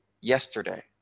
yesterday